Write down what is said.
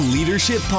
Leadership